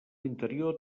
interior